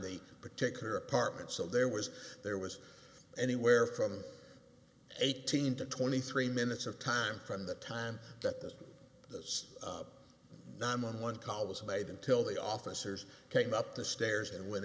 the particular apartment so there was there was anywhere from eighteen to twenty three minutes of time from the time that that those nine one one call was made until the officers came up the stairs and went